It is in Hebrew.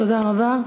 תודה רבה.